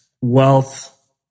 wealth